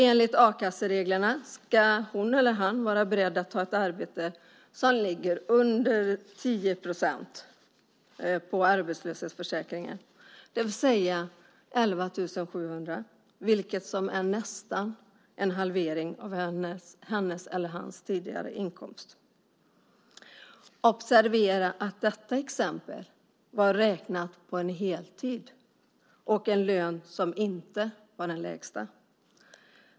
Enligt a-kassereglerna ska hon eller han vara beredd att ta ett arbete med en lön som ligger 10 % under ersättningen från arbetslöshetsförsäkringen, det vill säga 11 700 kr. Det är nästan en halvering av hennes eller hans tidigare inkomst. Observera att detta exempel var räknat på en heltid och på en lön som inte var den lägsta.